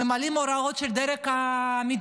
ממלאים הוראות של הדרג המדיני.